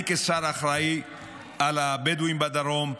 אני כשר האחראי לבדואים בדרום,